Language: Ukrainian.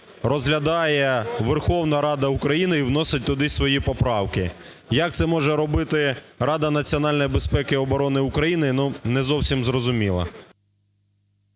розглядає Верховна Рада України і вносить туди свої поправки. Як це може робити Рада національної безпеки і оборони України, ну, не зовсім зрозуміло.